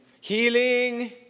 Healing